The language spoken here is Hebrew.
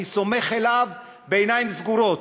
אני סומך עליו בעיניים סגורות,